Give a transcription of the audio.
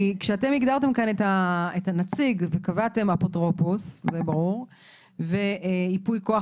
כי כשאתם הגדרתם כאן נציג וקבעתם אפוטרופוס וייפוי כוח